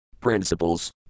principles